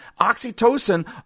Oxytocin